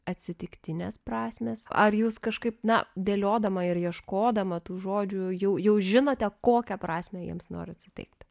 atsitiktinės prasmės ar jūs kažkaip ne dėliodama ir ieškodama tų žodžių jų jau žinote kokią prasmę jiems norite suteikti